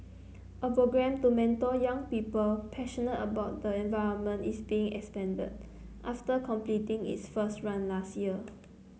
a programme to mentor young people passionate about the environment is being expanded after completing its first run last year